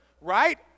right